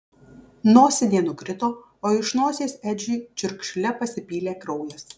nosinė nukrito o iš nosies edžiui čiurkšle pasipylė kraujas